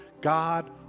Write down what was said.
God